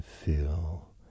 Feel